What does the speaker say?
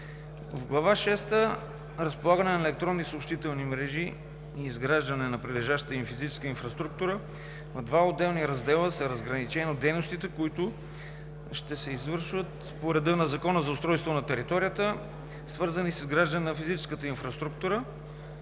В „Глава шеста – Разполагане на електронни съобщителни мрежи и изграждане на прилежащата им физическа инфраструктура“ в два отделни раздела, са разграничени дейностите, които ще се извършват по реда на Закона за устройство на територията, свързани с „Изграждане на физическата инфраструктура